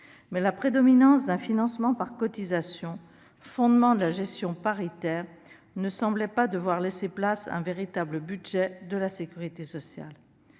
mais la prédominance d'un financement par cotisations, fondement de la gestion paritaire, ne semblait pas devoir laisser place à un véritable « budget » de la sécurité sociale.